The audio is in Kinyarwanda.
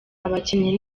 abakinnyi